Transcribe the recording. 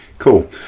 Cool